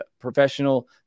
professional